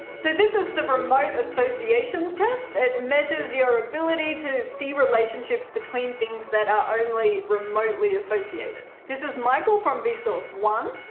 so this is the remote associations test. it measures your ability to see relationships between things that are only remotely associated. this is michael from vsauce one,